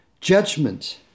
judgment